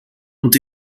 ont